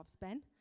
ben